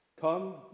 Come